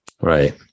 Right